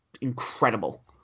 incredible